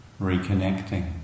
reconnecting